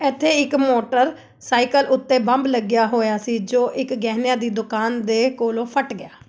ਇੱਥੇ ਇੱਕ motorcycle ਉੱਤੇ ਬੰਬ ਲੱਗਿਆ ਹੋਇਆ ਸੀ ਜੋ ਇੱਕ ਗਹਿਣਿਆਂ ਦੀ ਦੁਕਾਨ ਦੇ ਕੋਲੋਂ ਫਟ ਗਿਆ